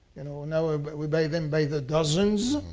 you know now ah but we buy them by the dozens.